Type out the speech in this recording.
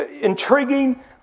intriguing